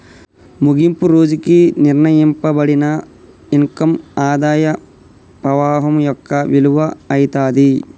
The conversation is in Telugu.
ముగింపు రోజుకి నిర్ణయింపబడిన ఇన్కమ్ ఆదాయ పవాహం యొక్క విలువ అయితాది